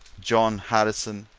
john harrison,